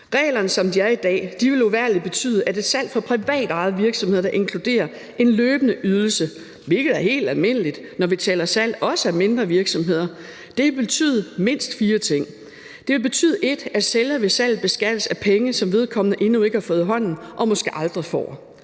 Reglerne, som de er i dag, vil uvægerlig betyde noget for et salg af privatejede virksomheder, der inkluderer en løbende ydelse, hvilket er helt almindeligt, når vi taler salg af også mindre virksomheder. Det vil betyde mindst fire ting. Det vil betyde, 1) at sælger ved salg beskattes af penge, som vedkommende endnu ikke har fået og måske aldrig får